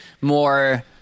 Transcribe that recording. more